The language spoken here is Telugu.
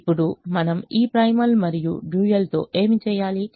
ఇప్పుడు మనం ఈ ప్రైమల్ మరియు డ్యూయల్ తో ఏమి చేయాలి